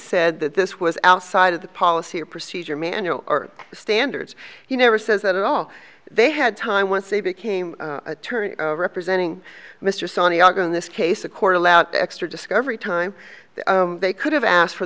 said that this was outside of the policy or procedure manual or standards he never says that all they had time once they became attorney representing mr sawney in this case a quarter lout extra discovery time they could have asked for